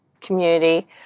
community